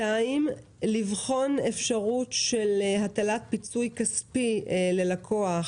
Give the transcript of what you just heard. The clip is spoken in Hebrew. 2. לבחון אפשרות של הטלת פיצוי כספי ללקוח